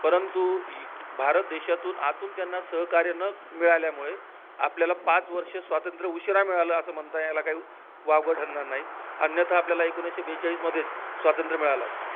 परंतु भारत देशातून आतून त्यांना सहकार्य न मिळाल्यामुळे आपल्याला पाच वर्षं स्वातंत्र्य उशिरा मिळालं असं म्हणता याला काही वावगं ठरणार नाही अन्यथा आपल्याला एकोणीसशे बेचाळीसमध्येच स्वातंत्र्य मिळालं असतात